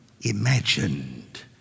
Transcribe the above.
imagined